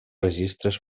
registres